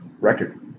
record